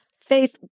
Faith